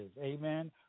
Amen